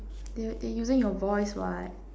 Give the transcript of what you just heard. they using your voice what